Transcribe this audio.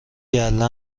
گله